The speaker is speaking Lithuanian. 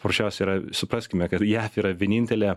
paprasčiausiai yra supraskime kad jav yra vienintelė